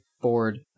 board